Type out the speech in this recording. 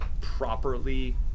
properly